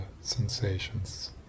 sensations